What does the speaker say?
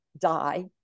die